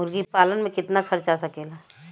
मुर्गी पालन में कितना खर्च आ सकेला?